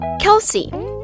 Kelsey